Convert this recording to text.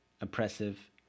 oppressive